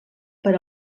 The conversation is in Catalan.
per